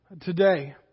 today